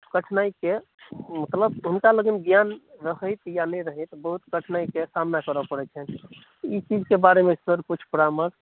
कठिनाइके मतलब हुनका लग ज्ञान रहनि या नहि रहनि बहुत कठिनाइके सामना करय पड़ैत छनि ई चीजके बारेमे सर कुछ परामर्श